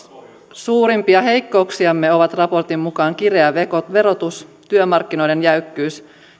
suurimpia heikkouksiamme ovat raportin mukaan kireä verotus työmarkkinoiden jäykkyys